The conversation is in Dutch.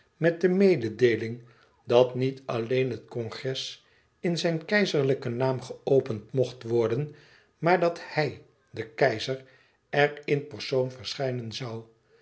met de mededeeling dat niet alleen het congres in zijn keizerlijken naam geopend mocht worden maar dat hij de keizer er in persoon verschijnen zoû